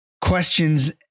questions